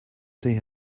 see